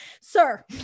sir